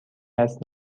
است